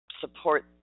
support